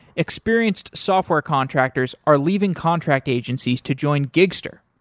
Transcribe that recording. experienced software contractors are leaving contract agencies to join gigster.